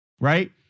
right